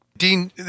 Dean